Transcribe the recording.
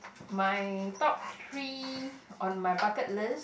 my top three on my bucket list